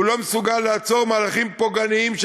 והוא לא מסוגל לעצור מהלכים פוגעניים של